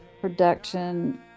production